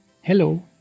Hello